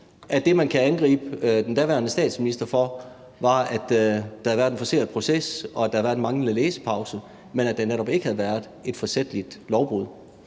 at det, man kunne angribe den daværende statsminister for, var, at der havde været en forceret proces og en manglende læsepause, men at der netop ikke havde været et forsætligt lovbrud.